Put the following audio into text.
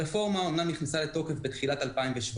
הרפורמה אומנם נכנסה לתוקף בתחילת 2017,